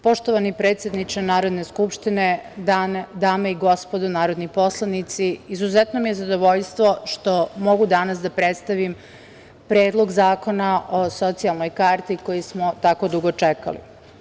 Poštovani predsedničke Narodne skupštine, dame i gospodo narodni poslanici, izuzetno mi je zadovoljstvo što mogu danas da predstavim Predlog zakona o socijalnoj karti koji smo tako dugo čekali.